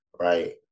right